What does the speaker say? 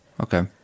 Okay